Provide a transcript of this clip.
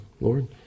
Lord